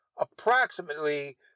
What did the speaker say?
approximately